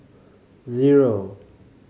zero